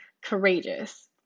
courageous